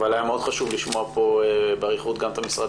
אבל היה מאוד חשוב לשמוע פה באריכות גם את המשרד